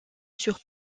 sur